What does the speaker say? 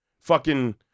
Fucking-